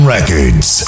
Records